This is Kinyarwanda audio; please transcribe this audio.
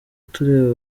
tureba